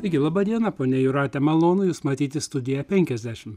taigi laba diena ponia jūrate malonu jus matyti studija penkiasdešim